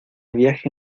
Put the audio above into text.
viaje